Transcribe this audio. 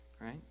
right